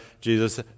Jesus